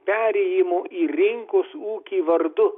perėjimo į rinkos ūkį vardu